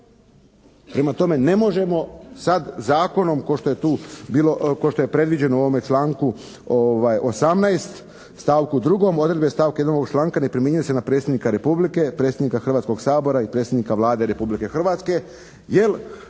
Prema tome, ne možemo sad zakonom kao što je tu predviđeno ovome članku 18. stavku 2, odredbe ovog članka ne primjenjuju se na Predsjednika Republike, predsjednika Hrvatskog sabora i predsjednika Vlade Republike Hrvatske,